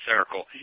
circle